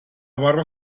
barra